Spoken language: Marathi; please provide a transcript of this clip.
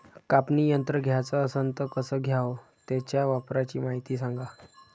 कापनी यंत्र घ्याचं असन त कस घ्याव? त्याच्या वापराची मायती सांगा